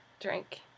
drink